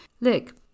Look